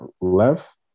left